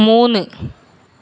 മൂന്ന്